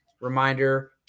reminder